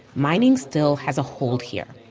mining still has a hold here.